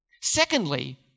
Secondly